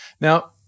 Now